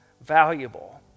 valuable